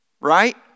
Right